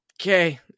okay